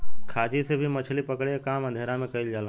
खांची से भी मछली पकड़े के काम अंधेरा में कईल जाला